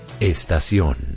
Estación